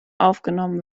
aufgenommen